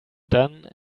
done